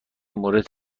مورد